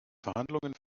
verhandlungen